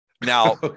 now